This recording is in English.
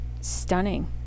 stunning